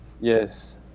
yes